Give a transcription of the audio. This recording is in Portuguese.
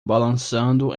balançando